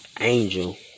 angel